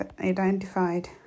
identified